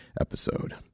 episode